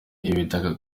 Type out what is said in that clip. ibitaka